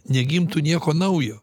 negimtų nieko naujo